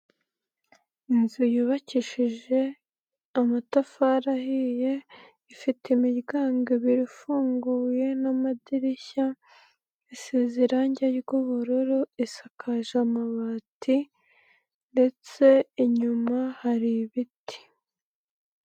Inzu yubakishije amatafari ahiye ifite imiryango ibiri ifunguye n'amadirishya isize irangi ry'ubururu, isakaje amabati ndetse inyuma hari ibiti.